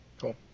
Cool